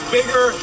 bigger